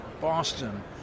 Boston